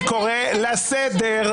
אני קורא לסדר.